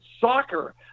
soccer